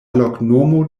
loknomo